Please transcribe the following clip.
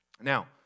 Now